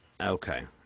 okay